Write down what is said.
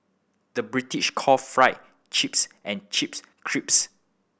the British call fry chips and chips crisps